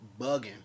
bugging